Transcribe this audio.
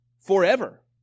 forever